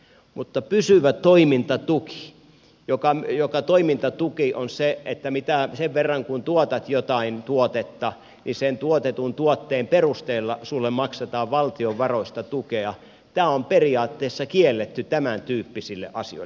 mutta pysyvä toimintatuki joka toimintatuki on sitä että sen verran kuin tuotat jotain tuotetta niin sen tuotetun tuotteen perusteella sinulle maksetaan valtion varoista tukea on periaatteessa kielletty tämäntyyppisille asioille